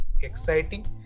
exciting